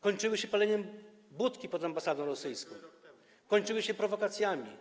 kończyły się paleniem budki pod ambasadą rosyjską, kończyły się prowokacjami.